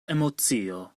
emocio